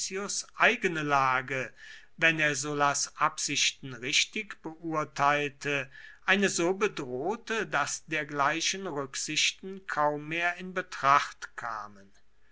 eigene lage wenn er sullas absichten richtig beurteilte eine so bedrohte daß dergleichen rücksichten kaum mehr in betracht kamen